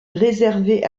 réservé